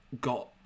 got